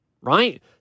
right